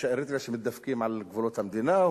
שמתדפקים על גבולות המדינה,